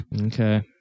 Okay